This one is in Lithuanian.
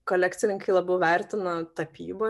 kolekcininkai labiau vertina tapybą